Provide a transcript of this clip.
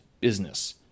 business